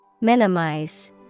Minimize